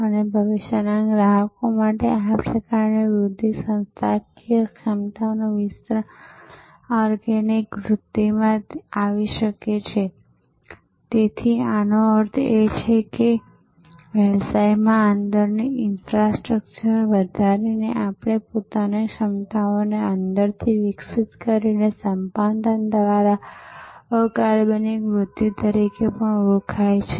અને ભવિષ્યના ગ્રાહકો માટે આ પ્રકારની વૃદ્ધિ સંસ્થાકીય ક્ષમતાનો વિસ્તરણ ઓર્ગેનિક વૃદ્ધિમાંથી આવી શકે છેતેનો અર્થ એ છે કે વ્યવસાયની અંદર ઈન્ફ્રાસ્ટ્રક્ચર વધારીને આપણી પોતાની ક્ષમતાઓને અંદરથી વિકસિત કરીને તે સંપાદન દ્વારા અકાર્બનિક વૃદ્ધિ તરીકે પણ ઓળખાય છે